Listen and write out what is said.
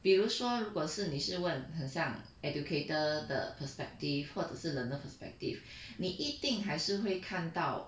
比如说如果是你是问很像 educator 的 perspective 或者是 learner perspective 你一定还是会看到